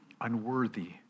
unworthy